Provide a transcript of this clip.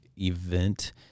event